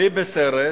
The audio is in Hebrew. אני בסרט